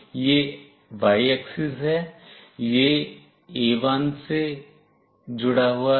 यह y axis है यह A1 से जुड़ा है